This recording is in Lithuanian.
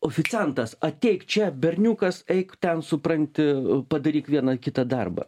oficiantas ateik čia berniukas eik ten supranti padaryk vieną kitą darbą